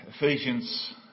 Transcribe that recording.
Ephesians